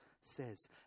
says